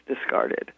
discarded